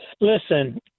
Listen